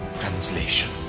Translation